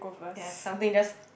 ya something just